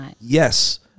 yes